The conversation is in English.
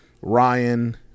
Ryan